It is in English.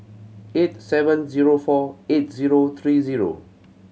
eight seven zero four eight zero three zero